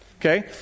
Okay